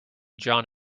john